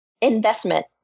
investment